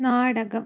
നാടകം